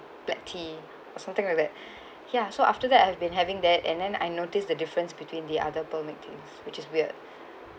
black tea or something like that ya so after that I've been having that and then I notice the difference between the other pearl milk tea which is weird